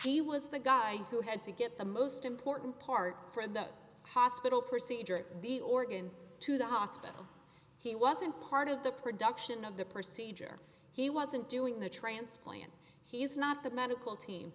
he was the guy who had to get the most important part for the hospital procedure the organ to the hospital he wasn't part of the production of the procedure he wasn't doing the transplant he is not the medical team